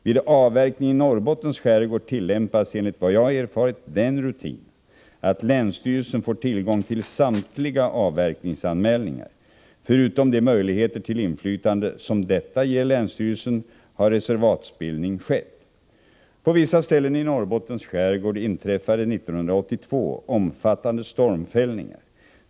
Vid avverkning i Norrbottens skärgård tillämpas, enligt vad jag erfarit, den rutinen att länsstyrelsen får tillgång till samtliga avverkningsanmälningar. Förutom de möjligheter till inflytande som detta ger länsstyrelsen har reservatsbildning skett. På vissa ställen i Norrbottens skärgård inträffade 1982 omfattande stormfällningar.